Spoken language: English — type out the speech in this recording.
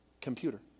Computer